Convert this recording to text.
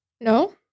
No